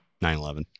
9-11